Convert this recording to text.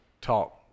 talk